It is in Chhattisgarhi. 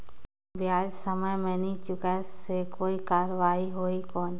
ब्याज समय मे नी चुकाय से कोई कार्रवाही होही कौन?